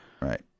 Right